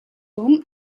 room